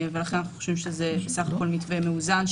ולכן אנחנו חושבים שזה בסך הכול מתווה מאוזן,